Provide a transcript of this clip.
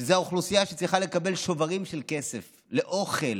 שזו האוכלוסייה שצריכה לקבל שוברים של כסף לאוכל.